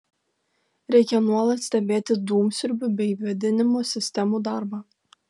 reikia nuolat stebėti dūmsiurbių bei vėdinimo sistemų darbą